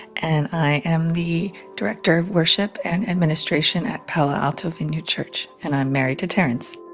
and i am the director of worship and administration at palo alto vineyard church. and i'm married to terence